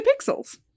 Pixels